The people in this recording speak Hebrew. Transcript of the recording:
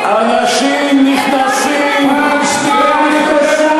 אנשים נכנסים, חברת הכנסת